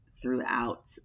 throughout